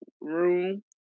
room